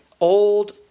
old